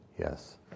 Yes